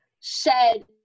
shed